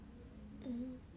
mmhmm